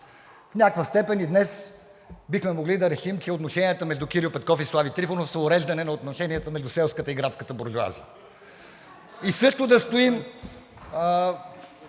В някаква степен и днес бихме могли да решим, че отношенията между Кирил Петков и Слави Трифонов са уреждане на отношенията между селската и градската буржоазия, и също да стоим